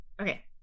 Okay